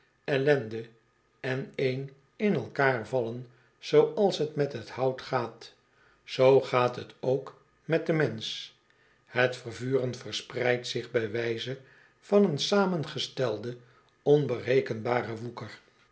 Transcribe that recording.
en een in elkander vallen zooals t met het hout gaat zoo gaat het ook met den mensch het vervuren verspreidt zich bij wijze van een samengestelden onberekenbaren woeker